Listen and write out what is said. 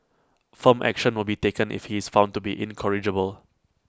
firm action will be taken if he is found to be incorrigible